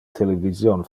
television